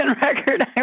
record